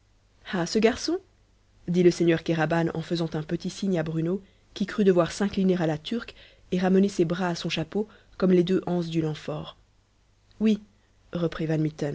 ah ce garçon dit le seigneur kéraban en faisant un petit signe à bruno qui crut devoir s'incliner à la turque et ramener ses bras à son chapeau comme les deux anses d'une amphore oui reprit